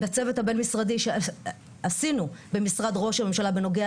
בצוות הבין-משרדי עשינו במשרד ראש הממשלה בנוגע